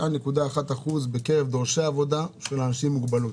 מ-9.1% בקרב דורשי העבודה אנשים עם מוגבלות,